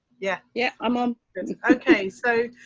yeah yeah i'm on ok so.